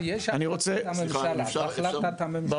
אני רוצה --- החלטת הממשלה --- סליחה,